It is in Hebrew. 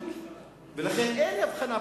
ולכן אין הבחנה,